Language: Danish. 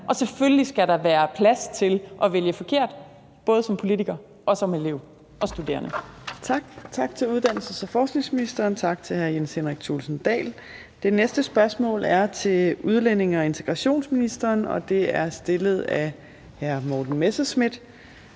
og selvfølgelig skal der være plads til at vælge forkert, både som politiker og som elev og studerende. Kl. 15:32 Fjerde næstformand (Trine Torp): Tak. Tak til uddannelses- og forskningsministeren, tak til hr. Jens Henrik Thulesen Dahl. Det næste spørgsmål er til udlændinge- og integrationsministeren, og det er stillet af hr. Morten Messerschmidt.